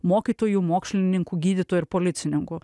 mokytojų mokslininkų gydytojų ir policininkų